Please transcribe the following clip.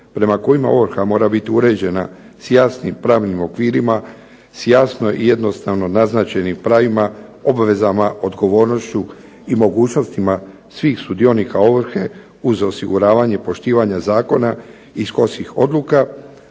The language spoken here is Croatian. prema kojima ovrha mora biti uređena s jasnim pravnim okvirima, s jasno i jednostavno naznačenim pravima, obvezama, odgovornošću i mogućnostima svih sudionika ovrhe uz osiguravanje poštivanja zakona i … odluka